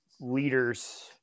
leaders